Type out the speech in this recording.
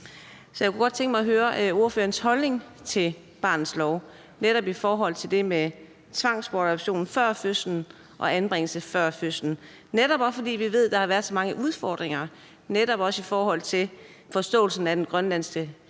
Så jeg kunne godt tænke mig at høre ordførerens holdning til barnets lov, netop i forhold til det med tvangsbortadoption før fødslen og anbringelse før fødslen. For vi ved, at der har været så mange udfordringer, netop også i forhold til forståelsen af den grønlandske kultur